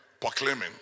proclaiming